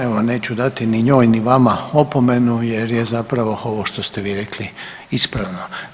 Evo neću dati ni njoj ni vama opomenu, jer je zapravo ovo što ste vi rekli ispravno.